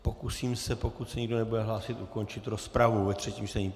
Pokusím se, pokud se nikdo nebude hlásit, ukončit rozpravu ve třetím čtení.